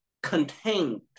Contained